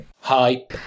hi